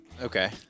Okay